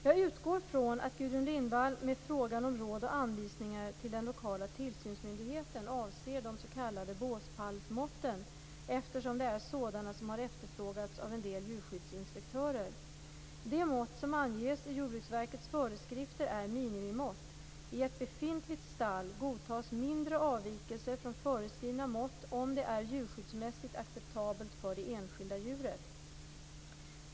Jag utgår från att Gudrun Lindvall med frågan om råd och anvisningar till den lokala tillsynsmyndigheten avser de s.k. båspallsmåtten, eftersom det är sådana som har efterfrågats av en del djurskyddsinspektörer. De mått som anges i Jordbruksverkets föreskrifter är minimimått. I ett befintligt stall godtas mindre avvikelser från föreskrivna mått om det är djurskyddsmässigt acceptabelt för det enskilda djuret.